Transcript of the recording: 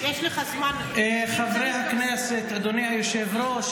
יש לך זמן --- חברי הכנסת, אדוני היושב-ראש,